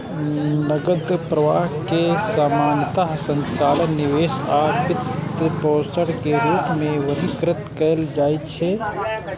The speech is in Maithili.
नकद प्रवाह कें सामान्यतः संचालन, निवेश आ वित्तपोषण के रूप मे वर्गीकृत कैल जाइ छै